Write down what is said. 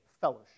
fellowship